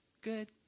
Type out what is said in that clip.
good